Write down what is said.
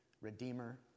redeemer